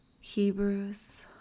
Hebrews